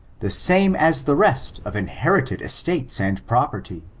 the same as the rest of inherited estates and property.